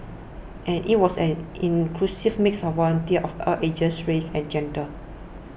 and it was an inclusive mix of volunteers of all ages races and genders